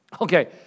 Okay